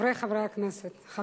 חברי חברי הכנסת,